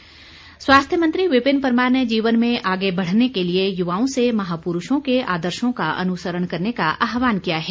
परमार स्वास्थ्य मंत्री विपिन परमार ने जीवन में आगे बढ़ने के लिए युवाओं से महापुरूषों के आदर्शों का अनुसरण करने का आहवान किया है